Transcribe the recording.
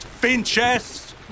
Finchess